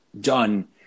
done